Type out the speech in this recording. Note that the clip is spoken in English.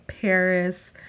Paris